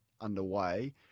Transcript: underway